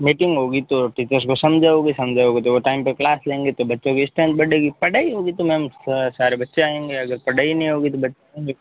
meeting होगी तो teachers को समझाओगे समझाओगे तो वह टाइम पर क्लास लेंगे तो बच्चों की स्ट्रेनथ बढ़ेगी पढ़ाई होगी तो मैम सारे बच्चे आऐंगे अगर पढ़ाई नहीं होगी तो बच्चे